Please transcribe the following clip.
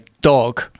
dog